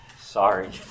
sorry